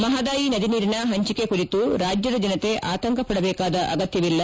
ಮಹದಾಯಿ ನದಿ ನೀರಿನ ಹಂಚಿಕೆ ಕುರಿತು ರಾಜ್ಯದ ಜನತೆ ಅತಂಕಪಡಬೇಕಾದ ಅಗತ್ತವಿಲ್ಲ